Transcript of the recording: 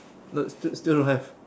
no still still don't have